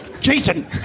Jason